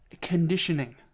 conditioning